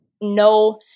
no